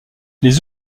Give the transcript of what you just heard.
les